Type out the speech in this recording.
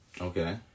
Okay